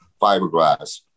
fiberglass